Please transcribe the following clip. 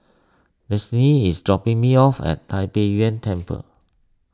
Destiney is dropping me off at Tai Pei Yuen Temple